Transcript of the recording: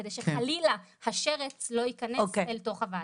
כדי שחלילה השרץ לא ייכנס לתוך הוועדה.